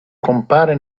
compare